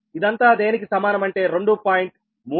ఇదంతా దేనికి సమానం అంటే 2